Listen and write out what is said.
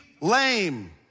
lame